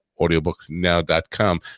audiobooksnow.com